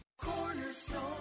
cornerstone